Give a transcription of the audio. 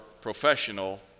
professional